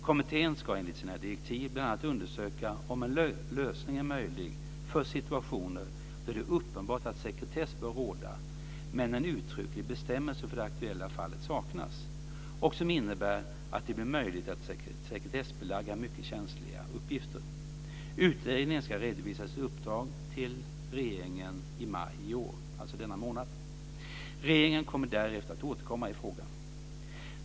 Kommittén ska enligt sina direktiv bl.a. undersöka om en lösning är möjlig för situationer då det är uppenbart att sekretess bör råda, men en uttrycklig bestämmelse för det aktuella fallet saknas, och som innebär att det blir möjligt att sekretessbelägga mycket känsliga uppgifter. Utredningen ska redovisa sitt uppdrag till regeringen i maj i år, alltså denna månad. Regeringen kommer därefter att återkomma i frågan.